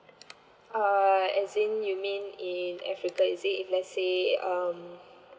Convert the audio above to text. uh as in you mean in africa is it if let say um